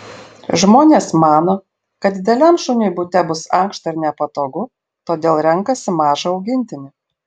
žmonės mano kad dideliam šuniui bute bus ankšta ir nepatogu todėl renkasi mažą augintinį